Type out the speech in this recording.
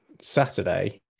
Saturday